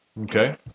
Okay